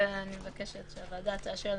ואני מבקשת שהוועדה תאשר לנו.